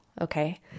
okay